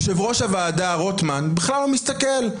יושב-ראש הוועדה רוטמן בכלל לא מסתכל.